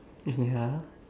ya